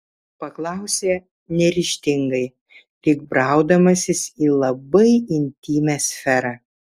paklausė neryžtingai lyg braudamasis į labai intymią sferą